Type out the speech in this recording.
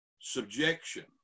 subjection